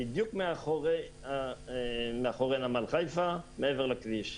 בדיוק מאחורי נמל חיפה, מעבר לכביש.